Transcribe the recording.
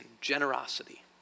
Generosity